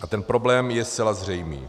A ten problém je zcela zřejmý.